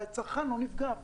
והצרכן לא נפגע.